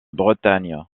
bretagne